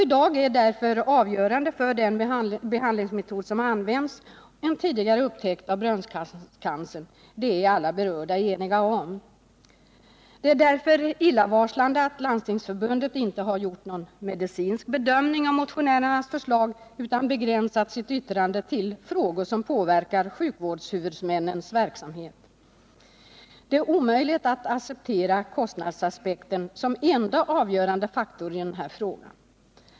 I dag är därför för den behandlingsmetod som används en tidigare upptäckt av bröstcancern avgörande; det är alla berörda eniga om. Det är därför illavarslande att Landstingsförbundet inte har gjort någon medicinsk bedömning av motionärernas förslag utan begränsat sitt yttrande till frågor som påverkar sjukvårdshuvudmännens verksamhet. Det är omöjligt att acceptera kostnadsaspekten som enda avgörande faktor i den här frågan.